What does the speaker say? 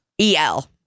E-L